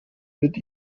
mit